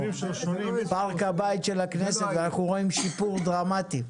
פארק הבית של הכנסת ואנחנו רואים שיפור דרמטי,